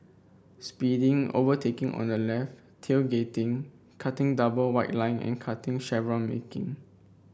speeding overtaking on the left tailgating cutting double white line and cutting chevron marking